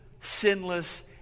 sinless